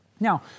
Now